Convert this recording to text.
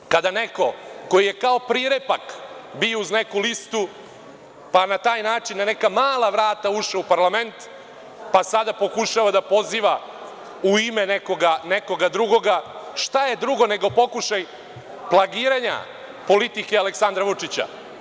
Ono kada neko ko je kao prilepak bio uz neku listu, pa na taj način na neka mala vrata ušao u parlament, pa sada pokušava da poziva u ime nekoga drugoga šta je drugo nego pokušaj plagiranja politike Aleksandra Vučića.